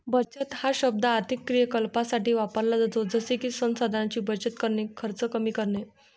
बचत हा शब्द आर्थिक क्रियाकलापांसाठी वापरला जातो जसे की संसाधनांची बचत करणे, खर्च कमी करणे